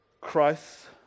Christ